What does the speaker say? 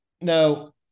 no